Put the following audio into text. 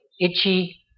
itchy